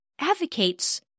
advocates